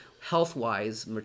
health-wise